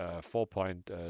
four-point